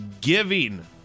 giving